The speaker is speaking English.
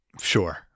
sure